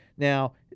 Now